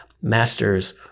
Masters